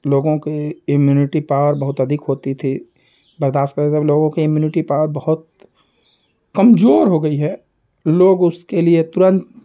लोगों के immunity power बहुत अधिक होती थी बर्दाश्त करे जब लोगों की इम्युनिटी पॉवर बहुत कमज़ोर हो गई है लोग उसके लिए तुरंत